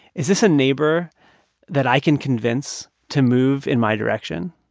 is this a neighbor that i can convince to move in my direction?